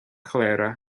chléire